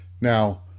Now